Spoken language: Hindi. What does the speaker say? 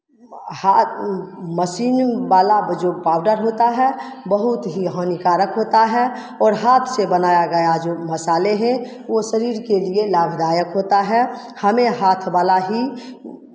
हाथ मशीन वाला जो पाउडर होता है बहुत ही हानिकारक होता है और हाथ से बनाया गया जो मसाले हें वो शरीर के लिए लाभदायक होता है हमें हाथ वाला ही